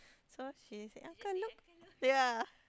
so she say uncle look ya